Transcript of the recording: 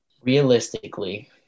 Realistically